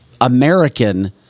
American